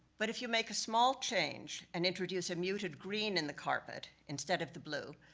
but if you make a small change, and introduce a muted green in the carpet, instead of the blue,